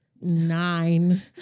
nine